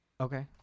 Okay